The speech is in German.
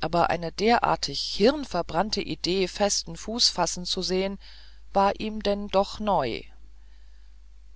aber eine derartig hirnverbrannte idee festen fuß fassen zu sehen war ihm denn doch neu